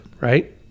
Right